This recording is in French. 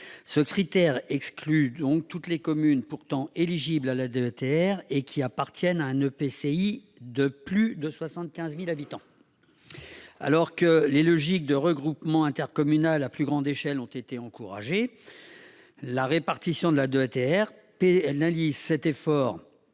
Ce critère exclut toutes les communes, pourtant éligibles à la DETR, qui appartiennent à un EPCI de plus de 75 000 habitants. Alors que les logiques de regroupement intercommunal à plus grande échelle ont été encouragées, la répartition de la DETR pénalise cet effort